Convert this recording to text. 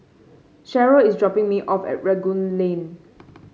Sheryll is dropping me off at Rangoon Lane